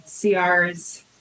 CR's